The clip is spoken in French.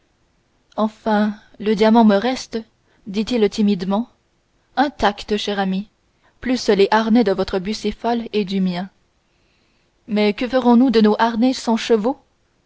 enfin le diamant me reste dit-il timidement intact cher ami plus les harnais de votre bucéphale et du mien mais que ferons-nous de nos harnais sans